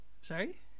Sorry